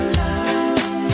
love